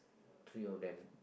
three of them